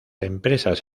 empresas